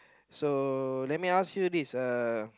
so let me ask you this uh